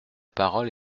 parole